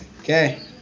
Okay